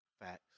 Facts